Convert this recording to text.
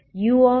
ஆகவே uLt0